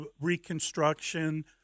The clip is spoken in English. reconstruction